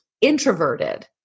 introverted